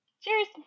Cheers